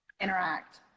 interact